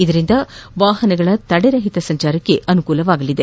ಇದರಿಂದ ವಾಹನಗಳ ತಡೆರಹಿತ ಸಂಚಾರಕ್ಕೆ ಅನುಕೂಲವಾಗಲಿದೆ